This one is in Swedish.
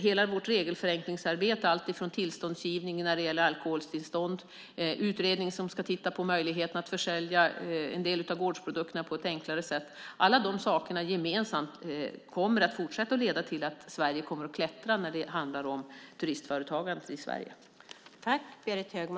Hela vårt regelförenklingsarbete - alltifrån alkoholtillstånd till utredningen som ska titta på möjligheten att försälja en del av gårdsprodukterna på ett enklare sätt - kommer att fortsätta att leda till att Sverige kommer att klättra när det handlar om turistföretagandet i Sverige.